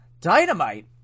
Dynamite